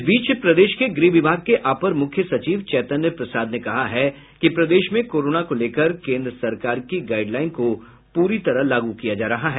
इस बीच प्रदेश के गृह विभाग के अपर मुख्य सचिव चैतन्य प्रसाद ने कहा है कि प्रदेश में कोरोना को लेकर केन्द्र सरकार की गाईडलाईन को प्ररी तरह लागू किया जा रहा है